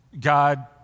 God